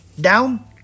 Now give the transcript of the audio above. Down